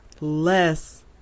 less